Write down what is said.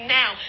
now